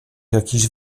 jakiś